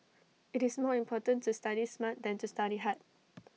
IT is more important to study smart than to study hard